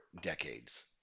decades